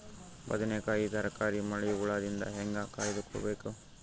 ಬದನೆಕಾಯಿ ತರಕಾರಿ ಮಳಿ ಹುಳಾದಿಂದ ಹೇಂಗ ಕಾಯ್ದುಕೊಬೇಕು?